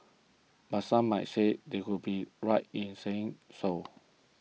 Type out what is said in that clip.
but some might say they would be right in saying so